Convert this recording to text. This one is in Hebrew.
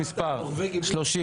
הוא מזכיר את שלמה קרעי עם הגימטריות.